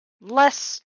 less